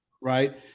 right